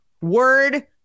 word